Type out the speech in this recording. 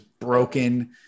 broken